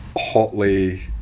hotly